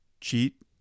cheat